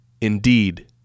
indeed